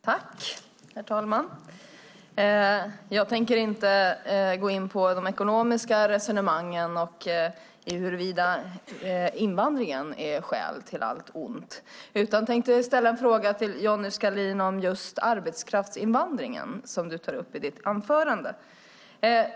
Herr talman! Jag tänker inte gå in på de ekonomiska resonemangen och huruvida invandringen är skäl till allt ont, utan jag vill ställa en fråga till Johnny Skalin om arbetskraftsinvandringen, som han tar upp i sitt anförande.